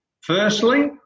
Firstly